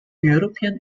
european